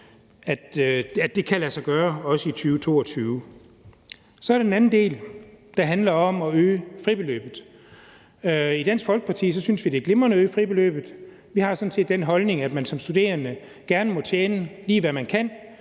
at det kan lade sig gøre også i 2022. Så er der den anden del, der handler om at øge fribeløbet. I Dansk Folkeparti synes vi, det er glimrende at øge fribeløbet. Vi har sådan set den holdning, at man som studerende gerne må tjene lige, hvad man kan,